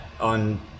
on